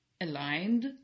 aligned